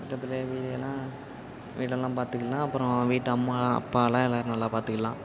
பக்கத்தில் வீடுகளெலாம் வீடெல்லாம் பார்த்துக்குலாம் அப்புறோம் வீட்டு அம்மாலான் அப்பாலான் எல்லோரையும் நல்லா பார்த்துக்குலாம்